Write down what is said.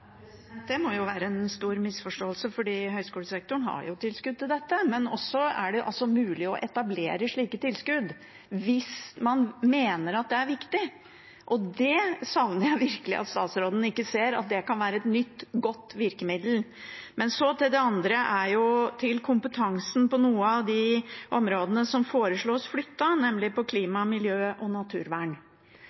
Det må jo være en stor misforståelse, for høyskolesektoren har tilskudd til dette. Det er også mulig å etablere slike tilskudd hvis man mener at det er viktig. Jeg savner virkelig at statsråden kan se at det kan være et nytt, godt virkemiddel. Men så til det andre, til kompetansen på noen av de områdene som foreslås flyttet, nemlig på klima, miljø og naturvern.